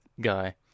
guy